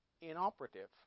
inoperative